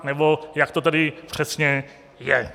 Nebo jak to tedy přesně je?